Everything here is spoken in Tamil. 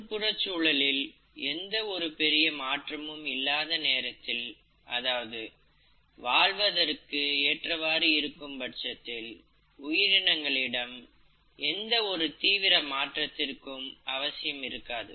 சுற்றுப்புறச் சூழலில் எந்த ஒரு பெரிய மாற்றமும் இல்லாத நேரத்தில் அதாவது வாழ்வதற்கு ஏற்றவாறு இருக்கும் பட்சத்தில் உயிரினங்களிடம் எந்த ஒரு தீவிர மாற்றத்திற்கும் அவசியம் இருக்காது